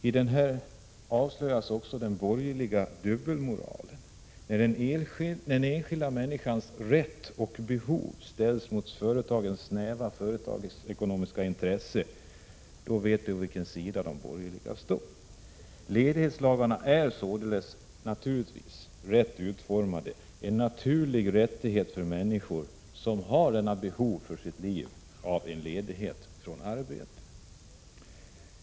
I detta sammanhang avslöjas också den borgerliga dubbelmoralen — när den enskilda människans rättigheter och behov ställs mot företagens snäva ekonomiska intressen vet vi vilken sida de borgerliga står på. Ledighetslagarna är således, naturligtvis, rätt utformade, en naturlig rättighet för människor som har vissa ambitioner i livet och därmed har behov av ledighet från arbetet.